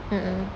ya